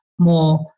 more